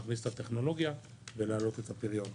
להכניס את הטכנולוגיה ולהעלות את הפריון.